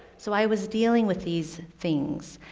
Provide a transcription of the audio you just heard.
so i was dealing with these things,